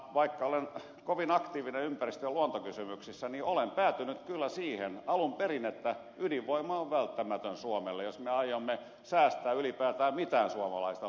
vaikka olen kovin aktiivinen ympäristö ja luontokysymyksissä olen päätynyt kyllä siihen alun perin että ydinvoima on välttämätön suomelle jos me aiomme säästää ylipäätään mitään suomalaisesta luonnosta